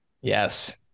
Yes